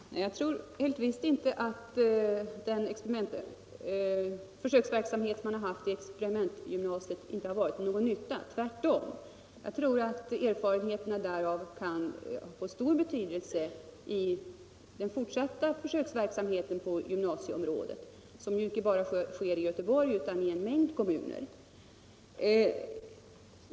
Herr talman! Jag tror helt visst att den verksamhet man haft vid experimentgymnasiet varit till nytta. Jag tror att erfarenheterna kan få stor betydelse i den fortsatta försöksverksamheten på gymnasieområdet, som bedrivs inte bara i Göteborg utan i ett stort antal kommuner.